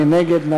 מי נגד?